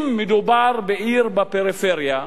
אם מדובר בעיר בפריפריה,